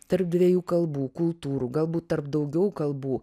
tarp dviejų kalbų kultūrų galbūt tarp daugiau kalbų